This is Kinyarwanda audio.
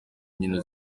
nkino